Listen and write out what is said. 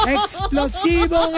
Explosivo